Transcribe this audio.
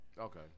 Okay